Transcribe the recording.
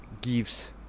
gives